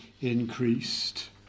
increased